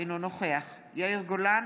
אינו נוכח יאיר גולן,